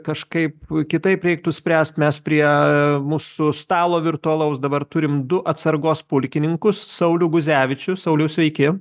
kažkaip kitaip reiktų spręst mes prie mūsų stalo virtualaus dabar turim du atsargos pulkininkus saulių guzevičių sauliau sveiki